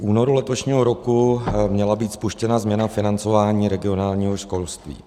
V únoru letošního roku měla být spuštěna změna financování regionálního školství.